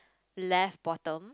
left bottom